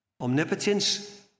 Omnipotence